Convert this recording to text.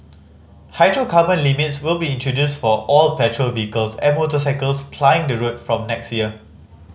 hydrocarbon limits will be introduced for all petrol vehicles and motorcycles plying the road from next year